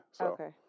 Okay